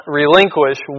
relinquish